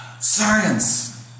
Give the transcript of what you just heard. Science